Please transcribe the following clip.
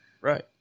right